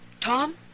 Tom